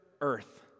earth